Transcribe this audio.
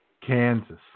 Kansas